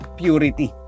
purity